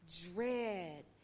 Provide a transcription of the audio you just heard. dread